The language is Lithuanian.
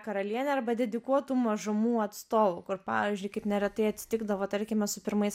karaliene arba dedikuotu mažumų atstovu kur pavyzdžiui kaip neretai atsitikdavo tarkime su pirmais